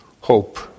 hope